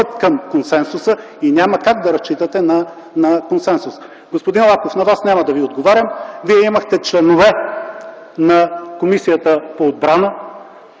към консенсуса и няма как да разчитате на консенсус. Господин Лаков, на Вас няма да Ви отговарям. Вие имахте членове в Комисията по отбрана.